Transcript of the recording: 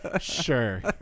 sure